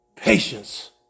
Patience